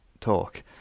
talk